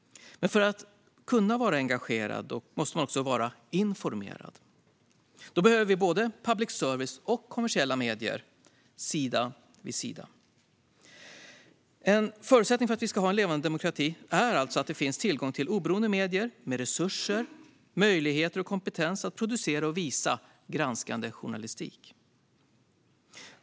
Men för att kunna vara engagerad måste man också vara informerad. Då behöver vi både public service och kommersiella medier sida vid sida. En förutsättning för att vi ska ha en levande demokrati är alltså att det finns tillgång till oberoende medier med resurser, möjligheter och kompetens att producera och visa granskande journalistik.